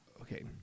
Okay